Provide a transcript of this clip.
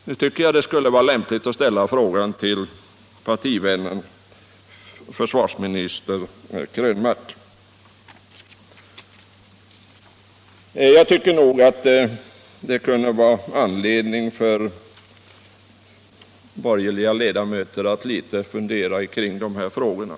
Nu tycker jag att det skulle vara lämpligt att ställa frågan till partivännen försvarsministern Krönmark. Det kan finnas anledning för borgerliga ledamöter att fundera litet kring de här frågorna.